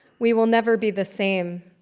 we will never be the same.